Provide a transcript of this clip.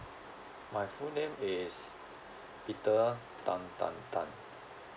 my full name is peter tan tan tan